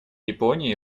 японии